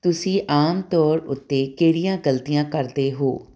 ਤੁਸੀਂ ਆਮ ਤੌਰ ਉੱਤੇ ਕਿਹੜੀਆਂ ਗਲਤੀਆਂ ਕਰਦੇ ਹੋ